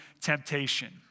temptation